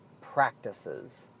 practices